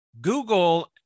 Google